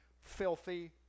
filthy